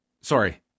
Sorry